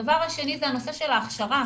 הדבר השני זה הנושא של ההכשרה,